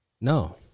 No